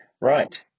right